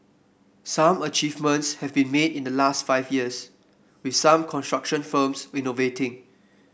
some achievements have been made in the last five years with some construction firms innovating